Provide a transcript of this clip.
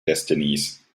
destinies